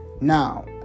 Now